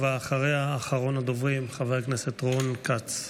אחריה, אחרון הדוברים, חבר הכנסת רון כץ.